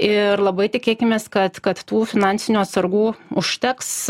ir labai tikėkimės kad kad tų finansinių atsargų užteks